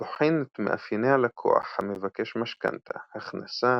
בוחן את מאפייני הלקוח המבקש משכנתא - הכנסה,